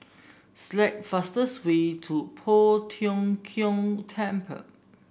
select the fastest way to Poh Tiong Kiong Temple